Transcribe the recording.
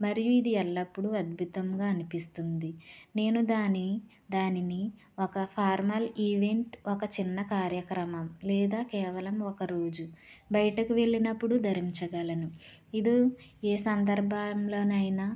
మరియు ఇది ఎల్లప్పుడూ అద్భుతంగా అనిపిస్తుంది నేను దాని దానిని ఒక ఫార్మల్ ఈవెంట్ ఒక చిన్న కార్యక్రమం లేదా కేవలం ఒక రోజు బయటకి వెళ్ళినప్పుడు ధరించగలను ఇది ఏ సందర్భంలోనైనా